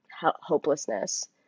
hopelessness